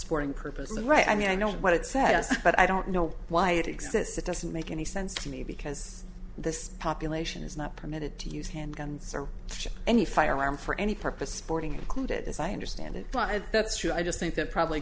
sporting purpose and right i mean i know what it said but i don't know why it exists it doesn't make any sense to me because this population is not permitted to use handguns or any firearm for any purpose sporting included as i understand it but if that's true i just think that probably